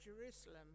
Jerusalem